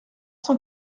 cent